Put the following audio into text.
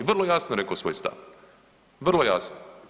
Vrlo jasno rekao svoj stav, vrlo jasno.